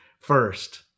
first